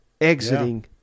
exiting